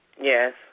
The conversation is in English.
Yes